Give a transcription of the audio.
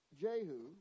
Jehu